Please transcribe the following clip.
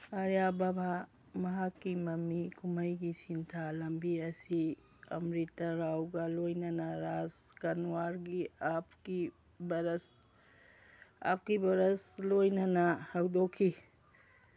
ꯑꯔꯌꯥ ꯕꯚꯥ ꯃꯍꯥꯛꯀꯤ ꯃꯃꯤ ꯀꯨꯝꯍꯩꯒꯤ ꯁꯤꯟꯊꯥ ꯂꯝꯕꯤ ꯑꯁꯤ ꯑꯝꯔꯤꯇ ꯔꯥꯎꯒ ꯂꯣꯏꯅꯅ ꯔꯥꯖ ꯀꯟꯋꯥꯔꯒꯤ ꯑꯕꯀꯤ ꯕꯔꯁ ꯑꯕꯀꯤ ꯕꯔꯁ ꯂꯣꯏꯅꯅ ꯍꯧꯗꯣꯛꯈꯤ